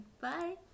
Bye